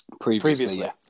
previously